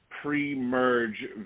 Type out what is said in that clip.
pre-merge